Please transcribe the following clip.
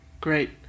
Great